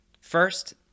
First